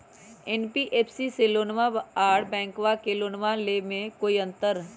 NBFC से लोनमा आर बैंकबा से लोनमा ले बे में कोइ अंतर?